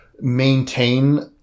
maintain